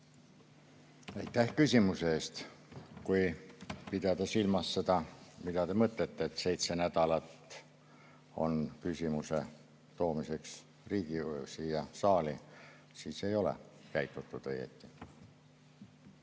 Aitäh küsimuse eest! Kui pidada silmas seda, mida te mõtlete, et seitse nädalat on küsimuse toomiseks siia saali, siis ei ole käitutud õigesti.